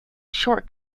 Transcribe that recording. short